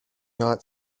not